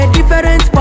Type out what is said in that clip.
different